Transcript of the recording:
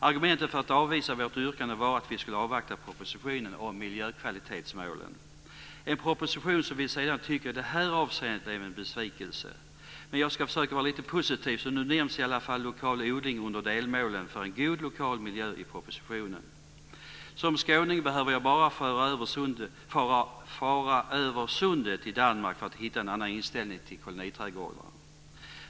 Argumentet för att avvisa vårt yrkande var att vi skulle avvakta propositionen om miljökvalitetsmålen - en proposition som vi tycker i det avseendet blev en besvikelse. Men jag ska försöka vara lite positiv. Nu nämns i alla fall lokal odling under delmålen för en god lokal miljö i propositionen. Som skåning behöver jag bara fara över sundet till Danmark för att hitta en annan inställning till koloniträdgårdar.